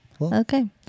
Okay